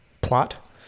plot